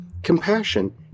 Compassion